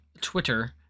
Twitter